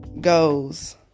goes